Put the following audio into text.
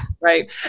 Right